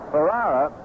Ferrara